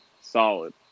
Solid